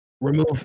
remove